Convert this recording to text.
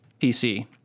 PC